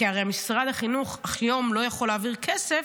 כי הרי משרד החינוך היום לא יכול להעביר כסף,